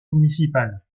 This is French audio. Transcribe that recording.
municipal